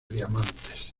diamantes